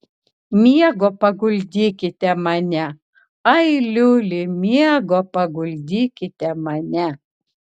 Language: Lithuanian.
miego paguldykite mane ai liuli miego paguldykite mane